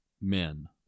Men